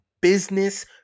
business